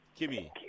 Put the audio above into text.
Kimmy